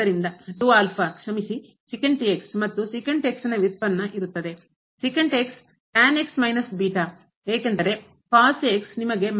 ಆದ್ದರಿಂದ ಕ್ಷಮಿಸಿ ಮತ್ತು ನ ವ್ಯುತ್ಪನ್ನ ಇರುತ್ತದೆ ಏಕೆಂದರೆ ನಿಮಗೆ